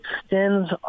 extends